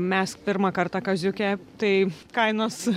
mes pirmą kartą kaziuke tai kainos